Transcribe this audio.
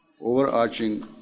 overarching